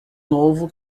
novo